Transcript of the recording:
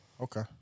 Okay